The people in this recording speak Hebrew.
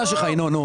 הבנתי.